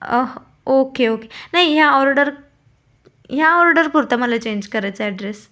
okay okay नाही ह्या order ह्या ऑर्डरपुरता मला चेंज करायचा ॲड्रेस